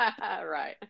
right